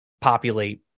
populate